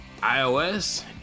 iOS